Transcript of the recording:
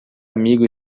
amigo